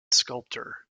sculptor